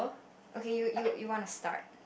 okay you you you want to start